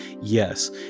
Yes